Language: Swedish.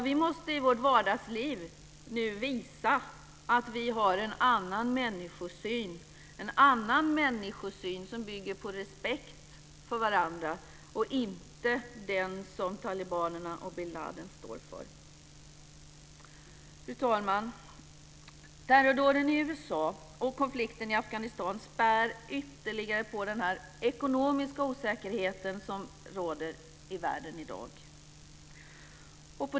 Vi måste i vårt vardagsliv nu visa att vi har en annan människosyn, som bygger på respekt för varandra, och inte den som talibanerna och bin Ladin står för. Fru talman! Terrordåden i USA och konflikten i Afghanistan spär ytterligare på den ekonomiska osäkerhet som råder i världen i dag.